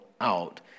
out